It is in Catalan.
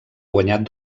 guanyat